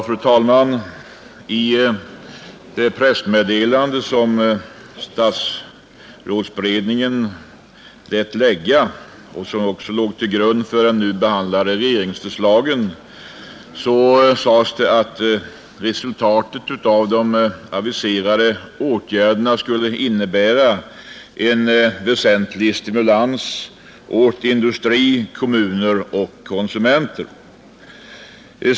Fru talman! I det pressmeddelande som statsrådsberedningen utarbetade och som låg till grund för de nu behandlade regeringsförslagen sades att de aviserade åtgärderna skulle innebära en väsentlig stimulans åt industri, kommuner och konsumenter.